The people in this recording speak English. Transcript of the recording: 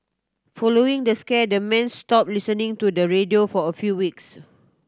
following the scare the men stopped listening to the radio for a few weeks